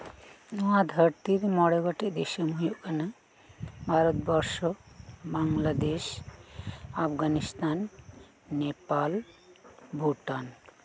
ᱱᱚᱣᱟ ᱫᱷᱟᱹᱨᱛᱤᱨᱮ ᱢᱚᱲᱮ ᱜᱚᱴᱮᱡ ᱫᱤᱥᱟᱹᱢ ᱦᱩᱭᱩᱜ ᱠᱟᱱᱟ ᱵᱷᱟᱨᱚᱛ ᱵᱚᱨᱥᱚ ᱵᱟᱝᱞᱟᱫᱮᱥ ᱟᱯᱷᱜᱟᱱᱤᱥᱛᱷᱟᱱ ᱱᱮᱯᱟᱞ ᱵᱷᱩᱴᱟᱱ